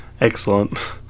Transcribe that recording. excellent